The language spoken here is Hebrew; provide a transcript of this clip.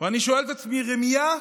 ואני שואל את עצמי: רמייה?